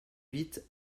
huit